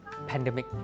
pandemic